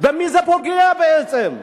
במי זה פוגע בעצם?